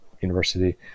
University